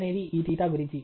అనేది ఈ తీటా గురించి